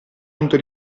punto